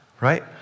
right